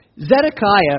Zedekiah